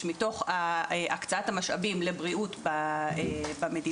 מתוך הקצאת המשאבים לבריאות במדינה,